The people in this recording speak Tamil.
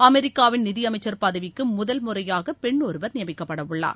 அமெரிக்காவின் நிதியமைச்சர் பதவிக்கு முதல் முறையாக பெண் ஒருவர் நியமிக்கப்படவுள்ளார்